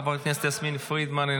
חברת הכנסת יסמין פרידמן,